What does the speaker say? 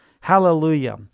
Hallelujah